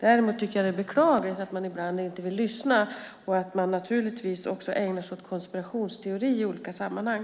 Däremot tycker jag att det är beklagligt att man ibland inte vill lyssna och att man ägnar sig åt konspirationsteori i olika sammanhang.